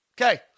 Okay